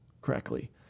correctly